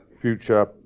future